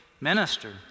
minister